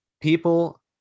people